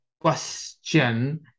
question